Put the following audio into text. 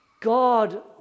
God